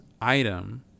item